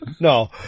No